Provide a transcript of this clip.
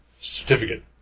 certificate